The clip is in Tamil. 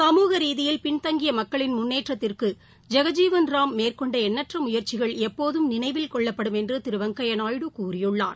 சமூகரீதியில் பின்தங்கியமக்களின் முன்னேற்றத்திற்கு ஐகஜீவன் ராம் மேற்கொண்டஎண்ணற்றமுயற்சிகள் எப்போதம் நினைவில் கொள்ளப்படும் என்றுதிருவெங்கையாநாயுடு கூறியுள்ளார்